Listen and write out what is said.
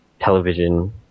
television